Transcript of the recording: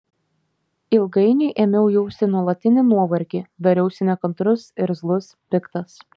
ilgainiui ėmiau jausti nuolatinį nuovargį dariausi nekantrus irzlus piktas